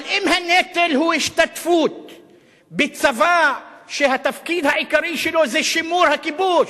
אבל אם הנטל הוא השתתפות בצבא שהתפקיד העיקרי שלו זה שימור הכיבוש,